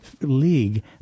league